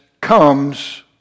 comes